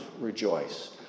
rejoice